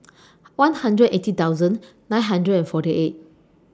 one hundred eighty thousand nine hundred and forty eight